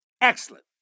Excellent